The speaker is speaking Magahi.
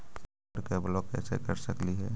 कार्ड के ब्लॉक कैसे कर सकली हे?